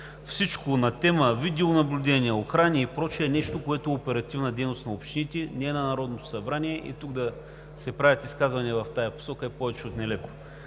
Всичко на тема видеонаблюдение, охрана и прочее е нещо, което е оперативна дейност на общините, не е на Народното събрание, и тук да се правят изказвания в тази посока е повече от нелепо.